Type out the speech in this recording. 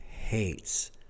hates